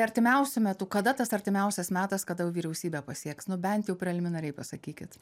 artimiausiu metu kada tas artimiausias metas kada jau vyriausybę pasieks nu bent jau preliminariai pasakykit